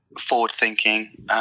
forward-thinking